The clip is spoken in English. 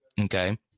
Okay